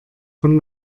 von